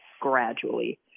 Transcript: gradually